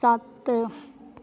सत्त